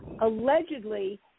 allegedly